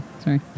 Sorry